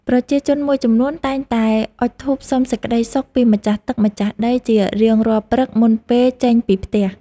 ប្រជាជនមួយចំនួនតែងតែអុជធូបសុំសេចក្តីសុខពីម្ចាស់ទឹកម្ចាស់ដីជារៀងរាល់ព្រឹកមុនពេលចេញពីផ្ទះ។